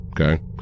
Okay